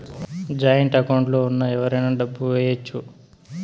joint account లో ఉన్న ఎవరైనా డబ్బు ఏయచ్చు